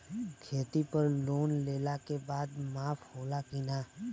खेती पर लोन लेला के बाद माफ़ होला की ना?